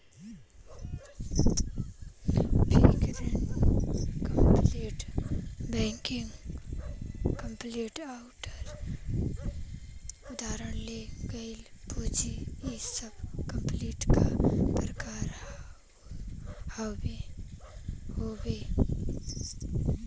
fixed capital working capital आउर उधार लेवल गइल पूंजी इ सब कैपिटल क प्रकार हउवे